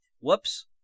Whoops